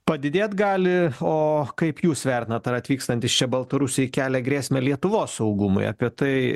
padidėt gali o kaip jūs vertinat ar atvykstantys čia baltarusiai kelia grėsmę lietuvos saugumui apie tai